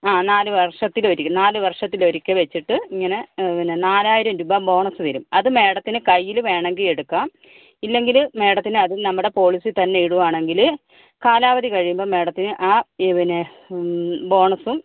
ആ നാല് വർഷത്തിൽ ഒരിക്കൽ നാല് വർഷത്തിൽ ഒരിക്കൽ വെച്ചിട്ട് ഇങ്ങനെ പിന്നെ നാലായിരം രൂപ ബോണസ് വരും അത് മാഡത്തിന് കയ്യില് വേണമെങ്കിൽ എടുക്കാം ഇല്ലെങ്കില് മാഡത്തിന് അത് നമ്മടെ പോളിസി തന്നേ ഇടുവാണെങ്കില് കാലാവധി കഴിയുമ്പം മാഡത്തിന് ആ പിന്നെ ബോണസും